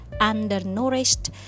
undernourished